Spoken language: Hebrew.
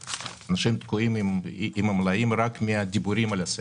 אנשים תקועים עם מלאים רק בשל הדיבורים על סגר.